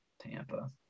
Tampa